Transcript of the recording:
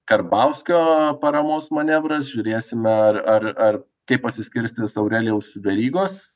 karbauskio paramos manevras žiūrėsime ar ar ar kaip pasiskirstys aurelijaus verygos